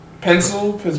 Pencil